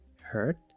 hurt